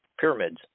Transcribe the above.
pyramids